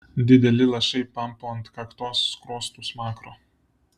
dideli lašai pampo ant kaktos skruostų smakro